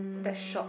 that shot